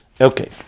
Okay